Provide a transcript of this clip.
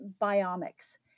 Biomics